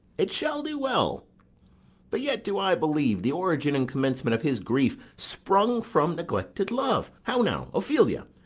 it shall do well but yet do i believe the origin and commencement of his grief sprung from neglected love how now, ophelia!